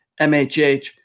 MHH